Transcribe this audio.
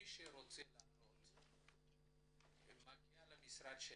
מי שרוצה לעלות ומגיע למשרד שלכם,